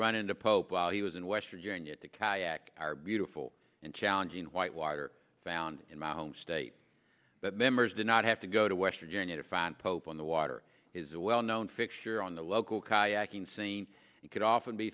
run into pope while he was in west virginia to catch our beautiful and challenging white water found in my home state but members did not have to go to west virginia to find pope on the water is a well known fixture on the local kayaking scene and could